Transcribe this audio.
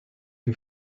who